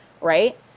right